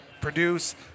produce